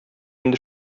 инде